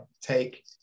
take